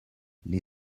les